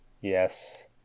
Yes